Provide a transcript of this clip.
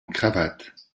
cravate